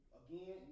again